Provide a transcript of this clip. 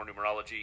numerology